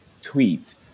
tweet